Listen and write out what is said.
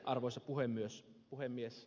arvoisa puhemies